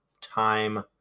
time